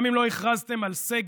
גם אם לא הכרזתם על סגר,